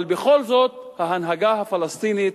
אבל בכל זאת, ההנהגה הפלסטינית